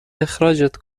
اخراجت